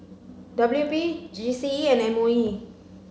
W P G C E and M O E